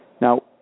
Now